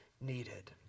needed